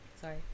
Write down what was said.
sorry